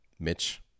Mitch